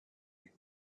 and